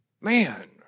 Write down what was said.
Man